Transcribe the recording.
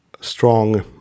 strong